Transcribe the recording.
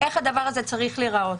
איך הדבר הזה צריך להיראות